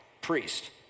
Priest